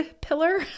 pillar